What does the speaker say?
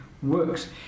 works